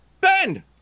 Ben